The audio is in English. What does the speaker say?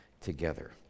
together